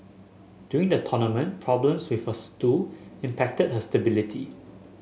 during the tournament problems with her stool impacted her stability